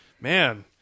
man